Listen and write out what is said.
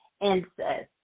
incest